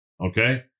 Okay